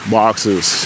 boxes